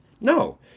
No